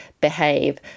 behave